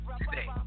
today